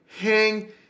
Hang